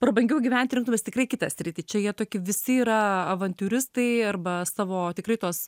prabangiau gyventi rinktumeis tikrai kitą sritį čia jie toki visi yra avantiūristai arba savo tikrai tos